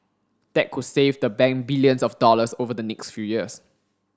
that could save the bank billions of dollars over the next few years